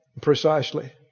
precisely